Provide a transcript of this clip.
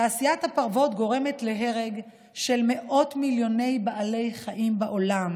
תעשיית הפרוות גורמת להרג של מאות מיליוני בעלי חיים בעולם,